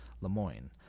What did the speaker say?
Lemoyne